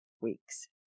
weeks